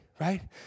right